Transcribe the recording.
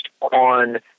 on